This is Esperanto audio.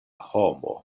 homo